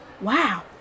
Wow